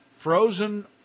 frozen